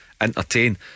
entertain